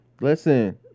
Listen